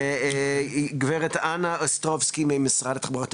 לגברת אנה אוסטרובסקי ממשרד התחבורה.